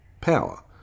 power